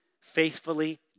faithfully